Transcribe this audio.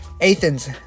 Athens